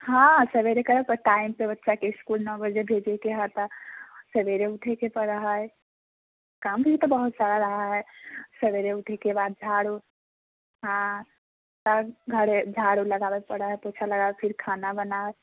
हँ सवेरे करए टाइम सँ बच्चा के इसकुल नओ बजे भेजे के हेतए सवेरे उठाए के परऽ है काम भी तऽ बहुत सारा रहऽ है सवेरे उठै के बाद झाड़ू हँ तब घरे झाड़ू लगाबऽ परऽ है पोछा लगाबऽ फिर खाना बनाउ